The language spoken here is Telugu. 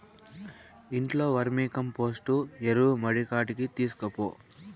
ఇంట్లో వర్మీకంపోస్టు ఎరువు మడికాడికి తీస్కపో